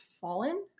fallen